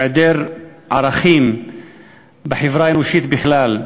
מהיעדר ערכים בחברה האנושית בכלל,